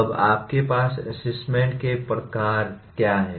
अब आपके पास असेसमेंट के प्रकार क्या हैं